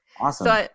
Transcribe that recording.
Awesome